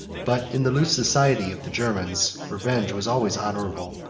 but in the loose society of the germans, revenge was always honorable,